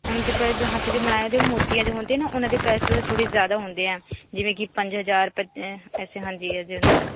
ਅਨੰਦਪੁਰ ਜੋ ਹੱਥ ਜੇ ਨਾਲ ਬਣਾਏ ਜੇ ਮੋਤੀਆਂ ਜੋ ਹੁੰਦੇ ਨਾ ਉਹਨਾਂ ਦੀ ਪ੍ਰਾਈਜ਼ ਵੀ ਥੋੜ੍ਹੇ ਜ਼ਿਆਦਾ ਹੁੰਦੇ ਹੈ ਜਿਵੇਂ ਕਿ ਪੰਜ ਹਜ਼ਾਰ ਪੰਚ ਐਸੇ ਹਾਂਜੀ ਐਸੇ ਹੁੰਦੇ